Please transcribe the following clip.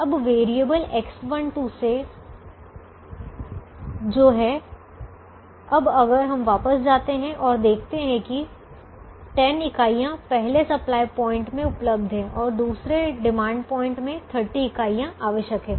अब variable X12 से जो है अब अगर हम वापस जाते हैं और देखते हैं कि 10 इकाइयां पहले सप्लाई पॉइंट में उपलब्ध हैं और दूसरे डिमांड पॉइंट में 30 इकाइयां आवश्यक हैं